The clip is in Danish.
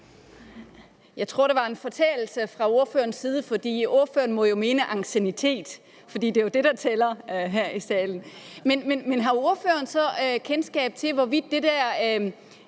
Jeg tror, at det var en fortalelse fra ordførerens side; ordføreren må mene anciennitet, for det er jo det, der tæller her i salen. Men har ordføreren så kendskab til, hvorvidt man i